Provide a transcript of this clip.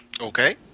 okay